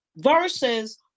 versus